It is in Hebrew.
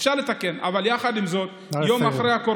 אפשר לתקן, אבל יחד עם זאת, נא לסיים.